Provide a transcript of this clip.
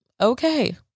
Okay